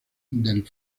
del